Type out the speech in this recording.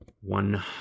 one